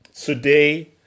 Today